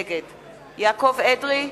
נגד יעקב אדרי,